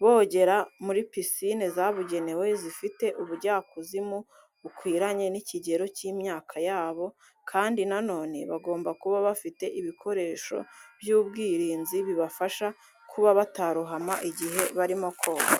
bogera muri pisine zabugenewe zifite ubujyakuzimu bukwiranye n'ikigero cy'imyaka yabo, kandi na none bagomba kuba bafite ibikoresho by'ubwirinzi bibafasha kuba batarohama igihe barimo koga.